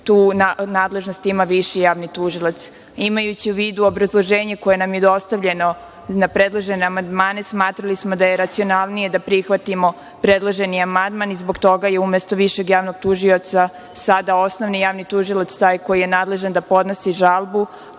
tu nadležnost ima viši javni tužilac. Imajući u vidu obrazloženje koje nam je dostavljeno na predložene amandmane, smatrali smo da je racionalnije da prihvatimo predloženi amandman i zbog toga je umesto višeg javnog tužioca sada osnovni javni tužilac taj koji je nadležan da podnosi žalbu,